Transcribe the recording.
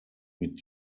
mit